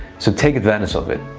so take advantage of it.